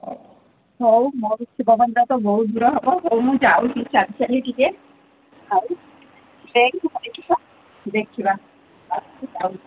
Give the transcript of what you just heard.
ହଉ ହଉ ଶିବ ମନ୍ଦିର ତ ବହୁତ ଦୂର ହେବ ହଉ ମୁଁ ଯାଉଛି ଚାଲି ଚାଲି ଟିକେ ଆଉ ଦେଖିବା ଚାଲିକି ଯାଉଛି